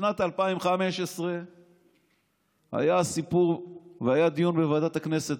בשנת 2015 היה סיפור והיה דיון בוועדת הכנסת,